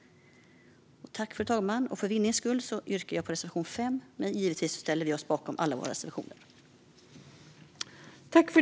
För tids vinnande yrkar jag bifall endast till reservation 5, men vi står givetvis bakom alla våra reservationer.